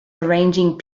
arranging